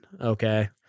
Okay